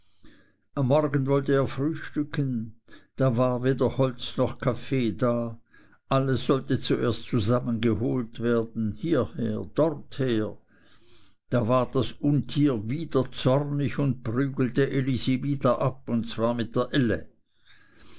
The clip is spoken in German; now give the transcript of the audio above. am morgen wollte er frühstücken da war weder holz noch kaffee da alles sollte erst zusammengeholt werden hierher dorther da ward das untier wieder zornig und prügelte elisi wieder ab und zwar mit der elle